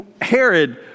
Herod